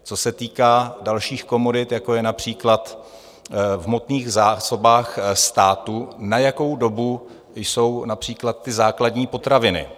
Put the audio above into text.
Co se týká dalších komodit, jako je například v hmotných zásobách státu, na jakou dobu jsou například základní potraviny?